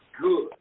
Good